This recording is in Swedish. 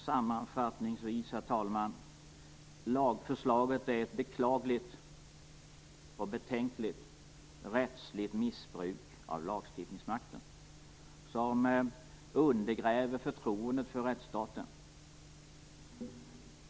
Sammanfattningsvis, herr talman, vill jag säga att lagförslaget är ett beklagligt rättsligt missbruk av lagstiftningsmakten som undergräver förtroendet för rättsstaten.